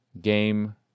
game